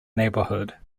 neighborhood